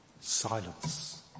Silence